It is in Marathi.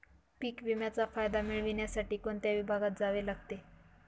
पीक विम्याचा फायदा मिळविण्यासाठी कोणत्या विभागात जावे लागते?